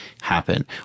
happen